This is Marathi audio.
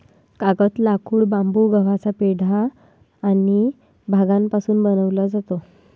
कागद, लाकूड, बांबू, गव्हाचा पेंढा आणि भांगापासून बनवले जातो